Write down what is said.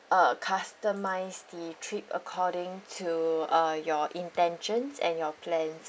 uh customise the trip according to uh your intentions and your plans